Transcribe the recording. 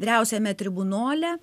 vyriausiame tribunole